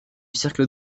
cercle